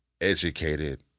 educated